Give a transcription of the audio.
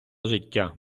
життя